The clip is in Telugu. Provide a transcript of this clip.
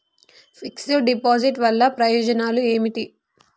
ఫిక్స్ డ్ డిపాజిట్ వల్ల ప్రయోజనాలు ఏమిటి?